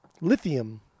Lithium